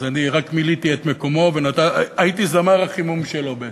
אז אני רק מילאתי את מקומו והייתי זמר החימום שלו בעצם.